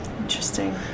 Interesting